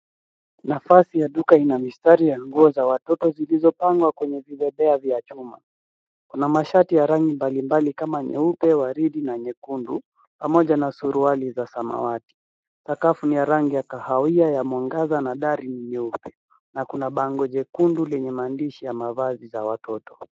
Nafasi ya duka ina mistari ya nguo za watoto zilizopangwa kwenye vibebea vya chuma. Kuna mashati ya rangi mbalimbali kama nyeupe, waridi na nyekundu pamoja na suruali za samawati. Sakafu ni ya rangi ya kahawia ya mwangaza na dari nyeupe na kuna bango jekundu lenye maandishi ya mavazi ya watoto.